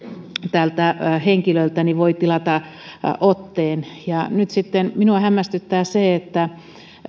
tältä henkilöltä voi tilata otteen nyt sitten minua hämmästyttää se että